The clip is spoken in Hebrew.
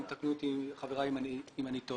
יתקנו אותי חבריי אם אני טועה,